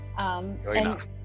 enough